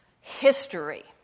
history